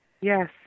Yes